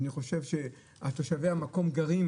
אני חושב תושבי המקום גרים